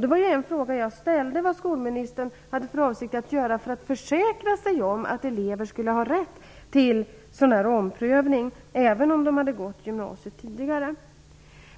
Det var en fråga som jag ställde, om vad skolministern hade för avsikt att göra för att försäkra sig om att elever skulle ha rätt till sådan här omprövning även om de hade gått gymnasiet tidigare.